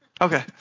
Okay